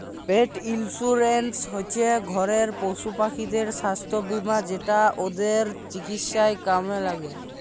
পেট insurance হচ্যে ঘরের পশুপাখিদের সাস্থ বীমা যেটা ওদের চিকিৎসায় কামে ল্যাগে